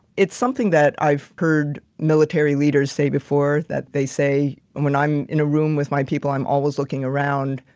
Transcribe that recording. it's something that i've heard military leaders say before that they say, when i'm in a room with my people, i'm always looking around,